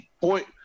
point